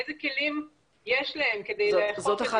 איזה כלים יש להם כדי לאכוף את --- זאת אחת